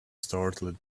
startled